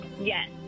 Yes